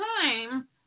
time